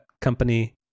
company